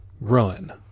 run